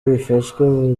bifashwe